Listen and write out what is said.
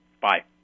Bye